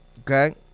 okay